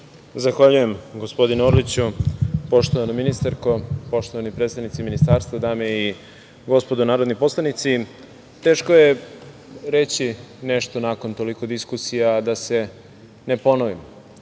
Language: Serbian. Zahvaljujem, gospodine Orliću. Poštovana ministarko, poštovani predstavnici ministarstva, dame i gospodo narodni poslanici, teško je reći nešto nakon toliko diskusija a da se ne ponovim.